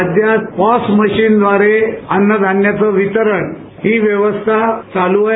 राज्यात POS machine द्वारे अन्नधान्याचं वितरण हि वेवस्था चालू आहे